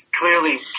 clearly